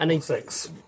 Six